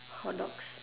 hotdogs